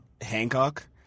Hancock